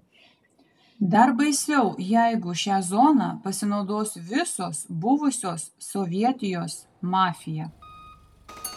dar baisiau jeigu šia zona pasinaudos visos buvusios sovietijos mafija